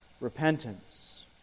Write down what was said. Repentance